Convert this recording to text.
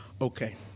Okay